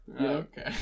Okay